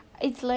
it's like